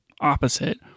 opposite